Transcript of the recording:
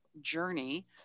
journey